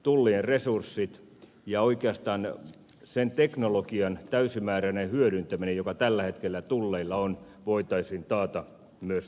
tullien resurssit ja oikeastaan sen teknologian täysimääräinen hyödyntäminen joka tällä hetkellä tulleilla on tulisi voida taata myös tulevaisuudessa